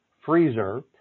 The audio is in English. freezer